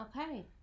Okay